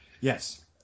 Yes